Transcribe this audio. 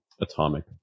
atomic